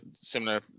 similar